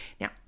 Now